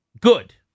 Good